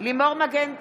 לימור מגן תלם,